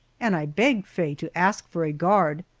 and i begged faye to ask for a guard,